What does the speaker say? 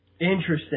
Interesting